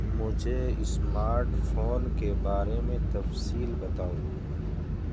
مجھے smart phone کے بارے میں تفصیل بتاؤ